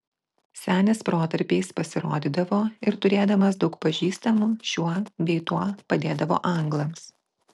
senis protarpiais pasirodydavo ir turėdamas daug pažįstamų šiuo bei tuo padėdavo anglams